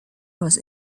was